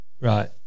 Right